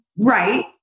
right